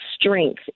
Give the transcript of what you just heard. strength